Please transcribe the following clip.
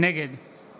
נגד